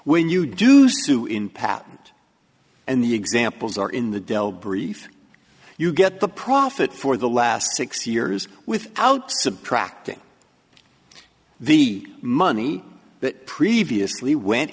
when you do sue in patent and the examples are in the dell brief you get the profit for the last six years without subtracting the money that previously went